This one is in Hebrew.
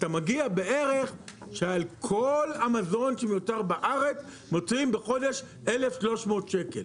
אתה מגיע בערך שעל כל המזון שמיוצר בארץ מוציאים בחודש 1,300 שקלים.